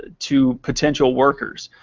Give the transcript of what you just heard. to potential workers.